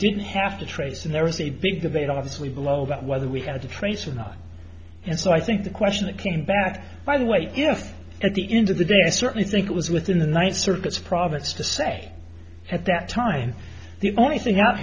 didn't have to trace and there was a big debate obviously below about whether we had to trace or not and so i think the question that came back by the way if at the end of the day i certainly think it was within the ninth circuit's province to say at that time the only thing out